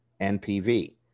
NPV